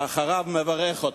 מי שאחריו מברך אותו.